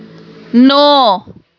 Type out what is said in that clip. नौ